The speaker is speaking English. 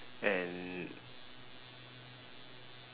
and